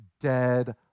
dead